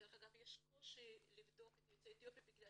דרך אגב יש קושי לבדוק את יוצאי אתיופיה בגלל